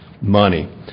money